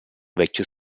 vecchio